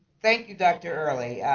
thank you dr. early.